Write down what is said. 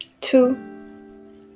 two